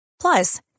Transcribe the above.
Plus